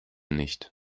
nicht